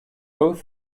both